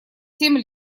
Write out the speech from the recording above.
семь